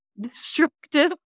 destructive